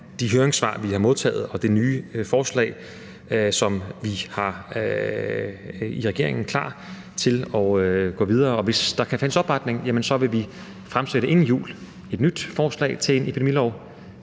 de høringssvar, vi har modtaget, og det nye forslag, som vi i regeringen er klar til at gå videre med. Og hvis der kan findes opbakning, vil vi inden jul fremsætte et nyt forslag til en epidemilov.